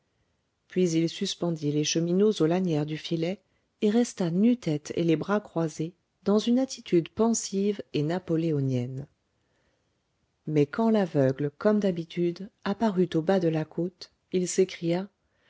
puis il suspendit les cheminots aux lanières du filet et resta nu-tête et les bras croisés dans une attitude pensive et napoléonienne mais quand l'aveugle comme d'habitude apparut au bas de la côte il s'écria